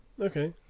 Okay